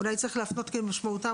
אולי צריך להפנות לשם,